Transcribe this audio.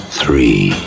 three